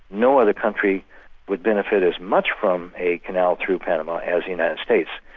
no other country would benefit as much from a canal through panama as the united states,